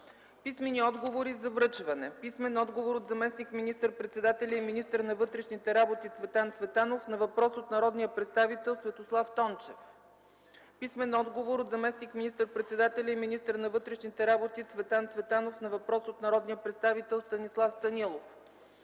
Писмени отговори за връчване от: - заместник министър-председателя и министър на вътрешните работи Цветан Цветанов на въпрос от народния представител Светослав Тончев; - заместник министър-председателя и министър на вътрешните работи Цветан Цветанов на въпрос от народния представител Станислав Станилов;